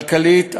כלכלית,